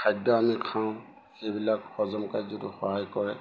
খাদ্য আমি খাওঁ সেইবিলাক হজম কাৰ্যটো সহায় কৰে